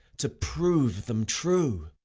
to prove them true?